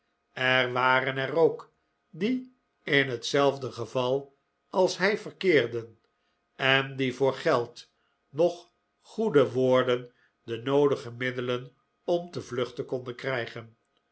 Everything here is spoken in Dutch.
er waren er ook die in hetzelfde geval als hij verkeerden en die voor geld noch goede woorden de noodige middelen om te vluchten konden krijgen